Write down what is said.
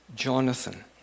Jonathan